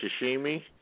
sashimi